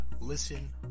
listen